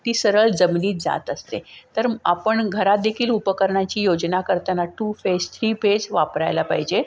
ती सरळ जमिनीत जात असते तर आपण घरात देखील उपकरणाची योजना करताना टू फेस थ्री फेस वापरायला पाहिजे